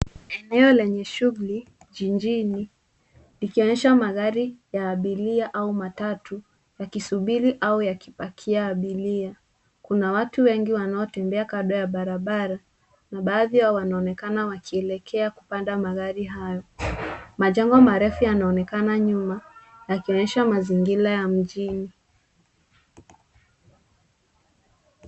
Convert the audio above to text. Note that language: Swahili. Eneo lenye shughuli jijini likionyesha magari ya abiria au matatu yakisubiri au yakipakia abiria kuna watu wengi wanaotembea kando ya barabara na baadhi yao wanaonekana wakielekea kupanda magari hayo. Majengo marefu yanaonekana nyuma yakionesha mazingira ya mjini.